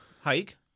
hike